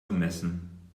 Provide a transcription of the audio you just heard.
gemessen